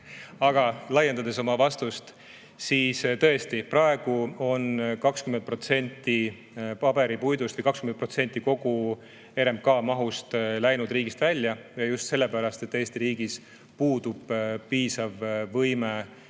ma laiendan oma vastust. Tõesti, praegu on 20% paberipuidust või 20% kogu RMK puidumahust läinud riigist välja ja just sellepärast, et Eesti riigis puudub piisav võime